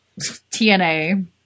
TNA